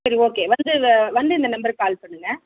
சரி ஓகே வந்து வந்து இந்த நம்பருக்கு கால் பண்ணுங்க